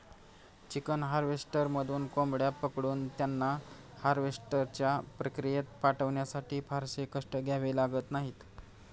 chicken हार्वेस्टरमधून कोंबड्या पकडून त्यांना हार्वेस्टच्या प्रक्रियेत पाठवण्यासाठी फारसे कष्ट घ्यावे लागत नाहीत